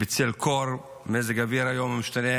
בצל קור, מזג האוויר היום משתנה,